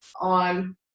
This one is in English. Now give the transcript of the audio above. on